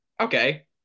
Okay